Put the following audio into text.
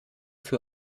für